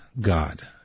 God